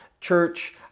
church